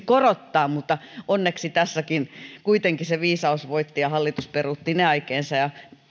korottaa mutta onneksi tässäkin kuitenkin se viisaus voitti ja hallitus peruutti ne aikeensa ja